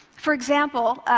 for example,